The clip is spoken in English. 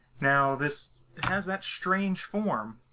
now this has that strange form,